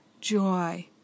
joy